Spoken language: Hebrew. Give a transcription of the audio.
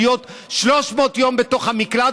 להיות 300 יום בתוך המקלט,